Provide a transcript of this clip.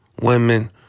women